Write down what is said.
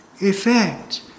effect